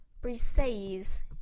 Briseis